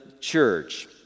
church